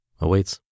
awaits